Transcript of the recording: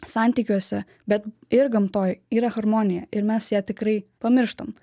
santykiuose bet ir gamtoj yra harmonija ir mes ją tikrai pamirštam